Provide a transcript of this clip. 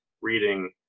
reading